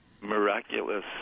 miraculous